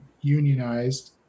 unionized